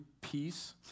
peace